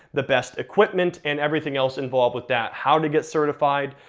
the best equipment, and everything else involved with that. how to get certified.